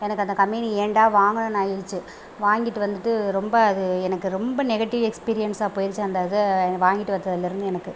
எனக்கு அந்த கம்பேனி ஏன்டா வாங்குனோனு ஆயிடுச்சு வாங்கிட்டு வந்துட்டு ரொம்ப அது எனக்கு ரொம்ப நெகட்டிவ் எக்ஸ்ப்ரியன்ஸா போயிருச்சு அந்த இதை வாங்கிட்டு வந்ததுலேயிருந்து எனக்கு